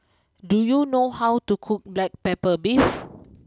do you know how to cook Black Pepper Beef